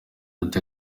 ati